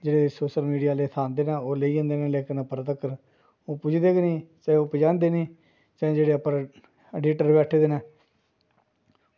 जेह्ड़े social media आह्ले उठांदे न ओह् लेई जंदे न लेकिन उप्पर तक्कर ओह् पुज्जदे गै नी जां पज़ांदे गै निं जां जेह्ड़े उप्पर अडिटर बैठे दे न